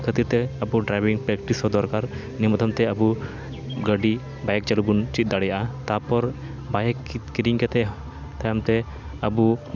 ᱠᱷᱟᱹᱛᱤᱨᱛᱮ ᱟᱵᱚ driving practice ᱦᱚᱸ ᱫᱚᱨᱠᱟᱨ ᱟᱵᱚ ᱜᱟᱹᱰᱤ ᱵᱟᱭᱤᱠ ᱪᱟᱹᱞᱩᱵᱚᱱ ᱪᱮᱫ ᱫᱟᱲᱮᱭᱟᱜᱼᱟ ᱛᱟᱯᱚᱨ ᱵᱟᱭᱤᱠ ᱠᱤᱨᱤᱧ ᱠᱟᱛᱮᱫ ᱛᱟᱭᱚᱢᱛᱮ ᱟᱵᱚ